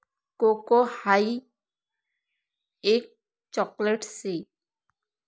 cocoa हाई एक chocolate शे